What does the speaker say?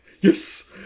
Yes